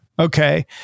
Okay